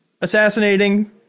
assassinating